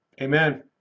Amen